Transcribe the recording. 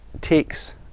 takes